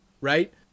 right